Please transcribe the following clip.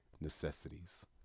necessities